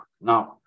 Now